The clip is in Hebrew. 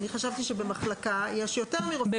אני חשבתי שבמחלקה יש יותר מרופא מומחה אחד.